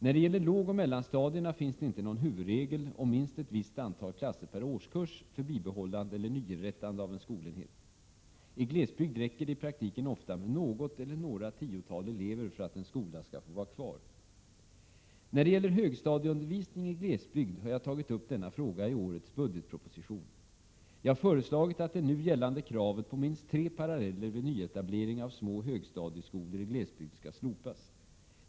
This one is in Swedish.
När det gäller lågoch mellanstadierna finns det inte någon huvudregel om minst ett visst antal klasser per årskurs för bibehållande eller nyinrättande av en skolenhet. I glesbygd räcker det i praktiken ofta med något eller några tiotal elever för att en skola skall få vara kvar. När det gäller högstadieundervisning i glesbygd har jag tagit upp denna fråga i årets budgetproposition. Jag har föreslagit att det nu gällande kravet på minst tre paralleller vid nyetablering av små högstadieskolor i glesbygd skall slopas.